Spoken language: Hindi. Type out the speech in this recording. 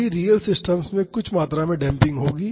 सभी रियल सिस्टम्स में कुछ मात्रा में डेम्पिंग होगी